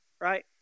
Right